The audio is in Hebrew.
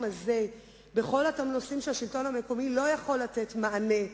הזה בכל אותם נושאים שהשלטון המקומי לא יכול לתת מענה,